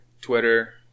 Twitter